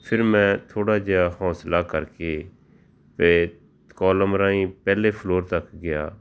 ਫਿਰ ਮੈਂ ਥੋੜ੍ਹਾ ਜਿਹਾ ਹੌਂਸਲਾ ਕਰਕੇ ਤਾਂ ਕੋਲਮ ਰਾਹੀਂ ਪਹਿਲੇ ਫਲੋਰ ਤੱਕ ਗਿਆ